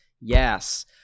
yes